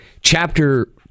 chapter